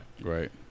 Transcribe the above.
Right